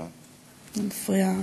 היא מפריעה.